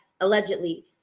allegedly